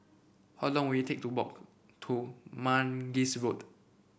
how long will it take to walk to Mangis Road